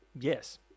Yes